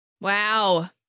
Wow